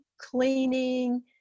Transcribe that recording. cleaning